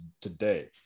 today